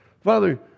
Father